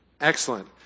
Excellent